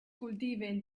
cultiven